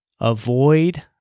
avoid